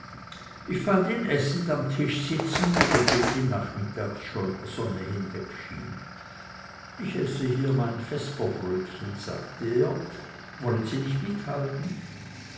ich fand ihn essend am tische sitzen über den die nachmittagssonne wegschien ich esse hier mein vesperbrötchen sagte er wollen sie nicht mithalten